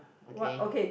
okay